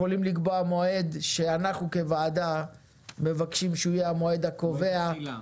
מועד שאנחנו כוועדה מבקשים שהוא יהיה המועד הקובע -- מועד תחילה.